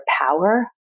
power